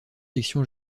fiction